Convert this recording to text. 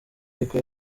ariko